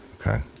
Okay